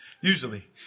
usually